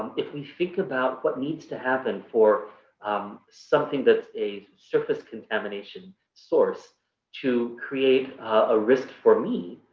if we think about what needs to happen for um something that's a surface contamination source to create a risk for me,